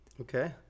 okay